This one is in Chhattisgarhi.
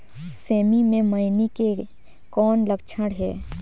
सेमी मे मईनी के कौन लक्षण हे?